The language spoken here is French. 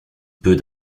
peut